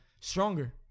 stronger